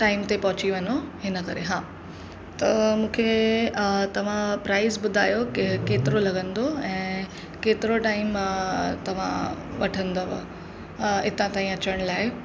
time ते पहुची वञो हिन करे हा त मूंखे तव्हां प्राइज़ ॿुधायो केतिरो लॻंदो ऐं केतिरो टाइम तव्हां वठंदव हितां ताईं अचण लाइ